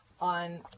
on